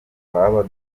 twaba